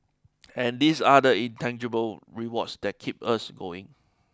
and these are the intangible rewards that keep us going